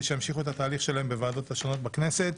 שימשיכו את התהליך שלהם בוועדות השונות בכנסת.